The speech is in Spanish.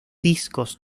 discos